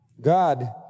God